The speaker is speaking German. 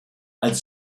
als